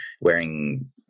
wearing